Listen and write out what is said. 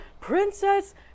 princess